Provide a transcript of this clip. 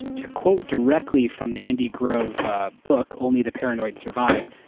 to quote directly from the andy grove book, only the paranoid survive,